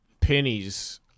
pennies